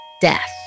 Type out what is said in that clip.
death